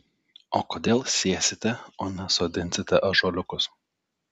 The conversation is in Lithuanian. o kodėl sėsite o ne sodinsite ąžuoliukus